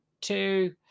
two